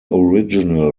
original